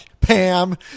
Pam